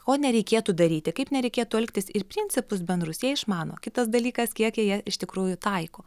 ko nereikėtų daryti kaip nereikėtų elgtis ir principus bendrus jie išmano kitas dalykas kiek jie iš tikrųjų taiko